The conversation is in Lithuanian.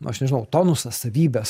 nu aš nežinau tonusas savybės